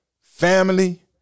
family